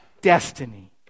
destiny